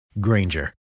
Granger